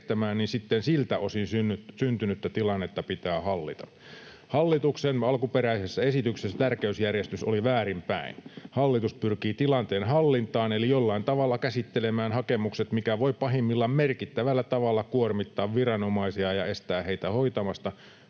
sitten siltä osin syntynyttä tilannetta pitää hallita. Hallituksen alkuperäisessä esityksessä tärkeysjärjestys oli väärinpäin: hallitus pyrkii tilanteen hallintaan eli jollain tavalla käsittelemään hakemukset, mikä voi pahimmillaan merkittävällä tavalla kuormittaa viranomaisia ja estää heitä hoitamasta